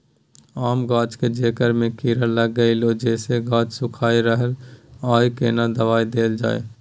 आम गाछ के जेकर में कीरा लाईग गेल जेसे गाछ सुइख रहल अएछ केना दवाई देल जाए?